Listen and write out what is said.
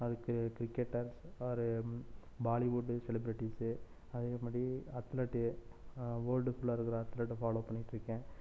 அதுக்கு cricketers Bollywood celebrities அதேமாதிரி athlete world ஃபுல்லாக இருக்கிற அத்லெட்டை ஃபாலோ பண்ணிகிட்டு இருக்கேன்